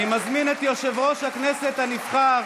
אני מזמין את יושב-ראש הכנסת הנבחר